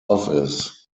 office